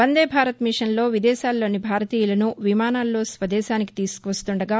వందే భారత్ మిషన్లో విదేశాల్లోని భారతీయులను విమానాల్లో స్వదేశానికి తీసుకువస్తుండగా